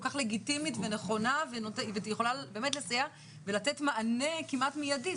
כך לגיטימית ונכונה והיא יכולה באמת לסייע ולתת מענה כמעט מיידי,